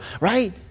right